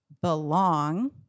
belong